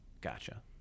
Gotcha